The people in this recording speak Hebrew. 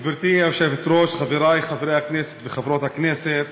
היושבת-ראש, חברי חברי הכנסת וחברות הכנסת,